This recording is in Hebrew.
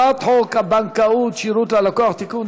הצעת חוק הבנקאות (שירות ללקוח) (תיקון,